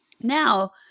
Now